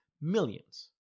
Millions